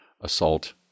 assault